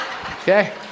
Okay